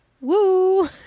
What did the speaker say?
Woo